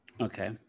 Okay